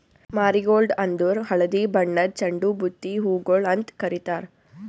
marigold ಅಂದುರ್ ಹಳದಿ ಬಣ್ಣದ್ ಚಂಡು ಬುತ್ತಿ ಹೂಗೊಳ್ ಅಂತ್ ಕಾರಿತಾರ್